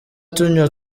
tunywa